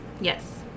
Yes